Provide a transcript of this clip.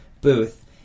booth